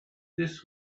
this